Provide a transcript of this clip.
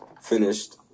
finished